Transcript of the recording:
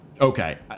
Okay